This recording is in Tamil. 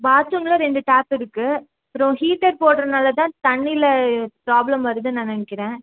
பாத்ரூமில் ரெண்டு டேப் இருக்குது அப்புறோம் ஹீட்டர் போட்டுறனால தான் தண்ணியில் ப்ராப்ளம் வருதுன்னு நான் நினைக்கிறேன்